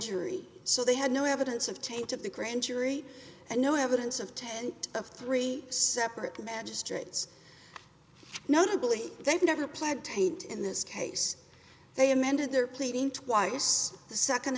jury so they had no evidence of taint of the grand jury and no evidence of ten of three separate magistrates notably they've never pled taint in this case they amended their pleading twice the second